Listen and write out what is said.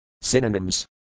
Synonyms